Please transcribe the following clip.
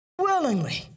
willingly